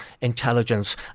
intelligence